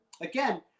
Again